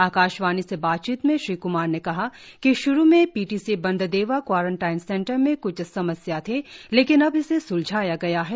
आकाशवाणी से बातचीत में श्री क्मार ने कहा कि श्रु में P T C Bandardewa quarantine centre में क्छ समस्या थी लेकिन अब इसे स्लझाया गया है